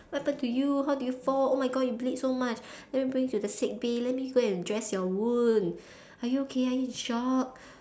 what happened to you how do you fall oh my god you bleed so much let me bring you to the sick bay let me go and dress your wound are you okay are you in shock